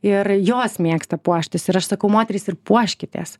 ir jos mėgsta puoštis ir aš sakau moterys ir puoškitės